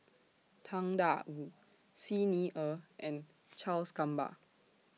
Tang DA Wu Xi Ni Er and Charles Gamba